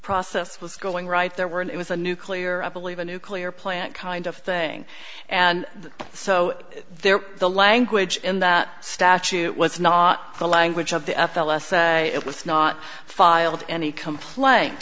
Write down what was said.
process was going right there were and it was a nuclear believe a nuclear plant kind of thing and so there the language in that statute was not the language of the f l s it was not filed any complaint